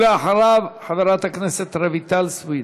ואחריו, חברת הכנסת רויטל סויד.